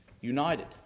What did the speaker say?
united